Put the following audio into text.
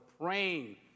praying